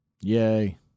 Yay